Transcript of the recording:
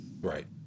Right